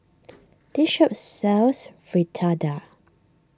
this shop sells Fritada